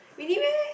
really meh